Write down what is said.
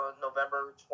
November